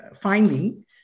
finding